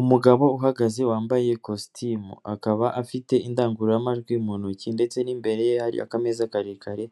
Umugabo uhagaze wambaye kositimu akaba afite indangururamajwi mu ntoki ndetse n'imbere ye hari akameza karekare